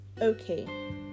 Okay